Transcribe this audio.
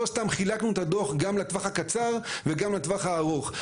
לא סתם חילקנו את הדו"ח גם לטווח הקצר וגם לטווח הארוך.